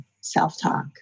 self-talk